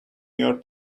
your